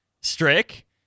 Strick